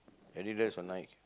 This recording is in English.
Adidas or Nike